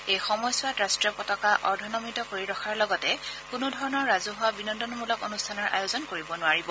এই সময়ছোৱাত ৰাষ্টীয় পতাকা অৰ্ধনমিত কৰি ৰখাৰ লগতে কোনো ধৰণৰ ৰাজহুৱা বিনোদনমূলক অনুষ্ঠানৰ আয়োজন কৰিব নোৱাৰিব